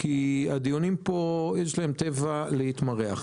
כי לדיונים פה יש טבע להימרח.